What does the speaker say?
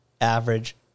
average